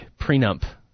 prenup